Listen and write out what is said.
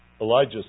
Elijah